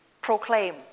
proclaim